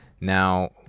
Now